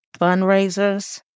fundraisers